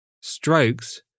strokes